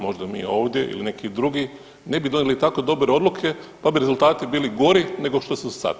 Možda mi ovdje ili neki drugi ne bi donijeli tako dobre odluke pa bi rezultati bili gori nego što su sad.